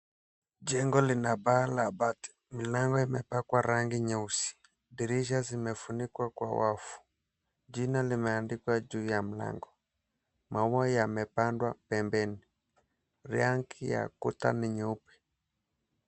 Jengo lina paa la bati mlango kimepakwa rangi nyeusi, dirisha zimefunikwa kwa wavu. Jina limeandikwa juu ya mlango, maua yamepandwa pembeni, rangi ya kuta ni nyeupe.